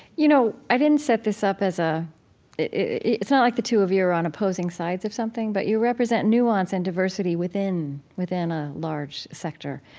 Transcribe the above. you know, i didn't set this up as ah it's not like the two of you are on opposing sides of something, but you represent nuance and diversity within within a large sector.